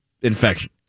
infection